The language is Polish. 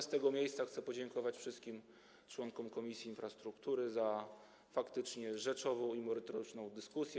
Z tego miejsca chcę podziękować wszystkim członkom Komisji Infrastruktury za faktycznie rzeczową i merytoryczną dyskusję.